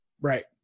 Right